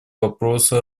вопроса